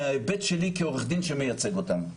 מההיבט שלי כעורך דין שמייצג אותן.